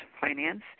finance